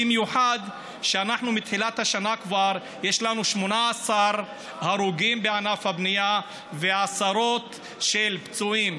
במיוחד שמתחילת השנה כבר יש לנו 18 הרוגים בענף הבנייה ועשרות פצועים